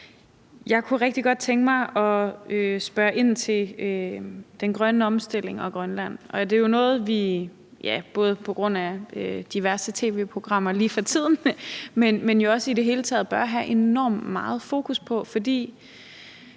Jeg kunne rigtig godt tænke mig at spørge ind til den grønne omstilling og Grønland. Det er jo noget, vi både på grund af diverse tv-programmer lige for tiden, men jo også i det hele taget bør have enormt meget fokus på, fordi